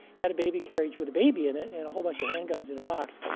had a baby carriage with a baby in it and a whole bunch of handguns in a box,